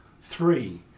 Three